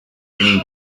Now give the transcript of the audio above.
ihnen